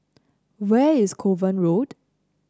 where is Kovan Road